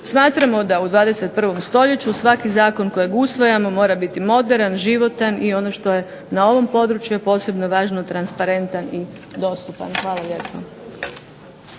Smatramo da u 21. stoljeću svaki zakon kojeg usvajamo mora biti moderan, životan i ono što je na ovom području je posebno važno transparentan i dostupan. Hvala lijepa.